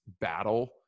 battle